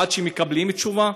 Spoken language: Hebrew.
עד שמקבלים תשובה?